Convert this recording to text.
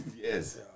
yes